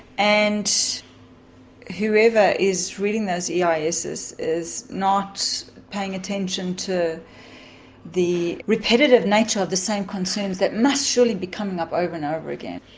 and whoever is reading those yeah eis's is is not paying attention to the repetitive nature of the same concerns that must surely be coming up over and over again.